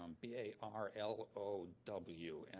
um b a r l o w. and